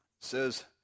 says